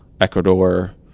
Ecuador